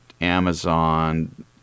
Amazon